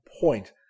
point